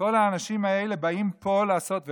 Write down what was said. כל האנשים האלה באים פה לעשות,